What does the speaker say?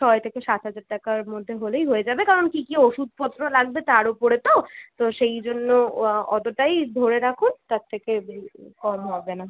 ছয় থেকে সাত হাজার টাকার মধ্যে হলেই হয়ে যাবে কারণ কী কী ওষুধপত্র লাগবে তার ওপরে তো তো সেই জন্য অতোটাই ধরে রাখুন তার থেকে কম হবে না